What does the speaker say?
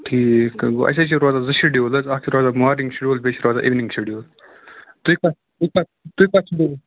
ٹھیٖک گوٚو اَسہِ حظ چھ روزان زٕ شیٚڈوٗل حظ اکھ چھِ روزان مارنِنٛگ شِڈوٗل بیٚیہِ چھُ روزان اِونِنٛگ شیٚڈوٗل تُہۍ کتھ تُہۍ کتھ تُہۍ کتھ چھُ بَرُن